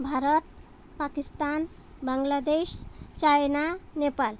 Bharat Pakistan Bangladesh China Nepal